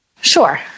Sure